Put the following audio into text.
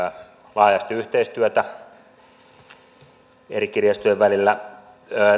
laajasti yhteistyötä eri kirjastojen välillä